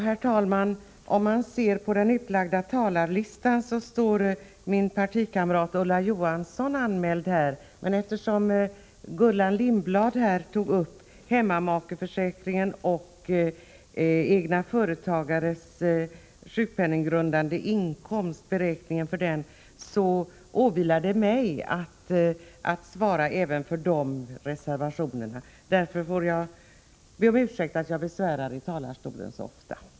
Herr talman! Av den utdelade talarlistan framgår att min partikamrat Ulla Johansson står anmäld som nästa talare. Men eftersom Gullan Lindblad här tog upp frågan om hemmamakeförsäkringen och beräkningen av egna företagares sjukpenninggrundande inkomst, så finner jag att det åvilar mig att svara när det gäller reservationerna på dessa punkter. Därför får jag be om ursäkt för att jag besvärar genom att gå upp i talarstolen igen — det blir ju rätt ofta.